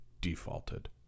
defaulted